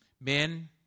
Men